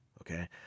okay